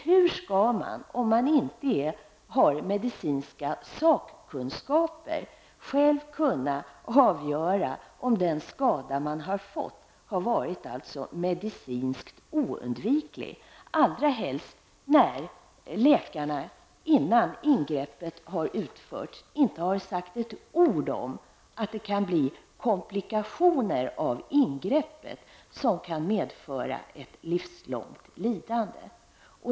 Hur skall man, om man inte har medicinska sakkunskaper, själv kunna avgöra om den skada man har fått har varit medicinskt oundviklig, allra helst när läkarna innan ingreppet har utförts inte har sagt ett ord om att det kan bli komplikationer av ingreppet som kan medföra ett livslångt lidande.